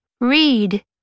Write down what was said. read